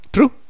True